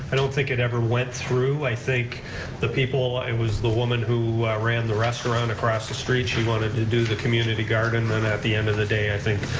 i don't think it ever went through, i think the people, it was the woman who ran the restaurant across the street, she wanted to do the community garden, and at the end of the day, i think,